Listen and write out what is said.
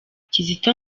kizito